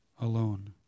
alone